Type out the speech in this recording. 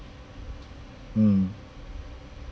mm